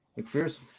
McPherson